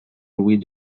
louis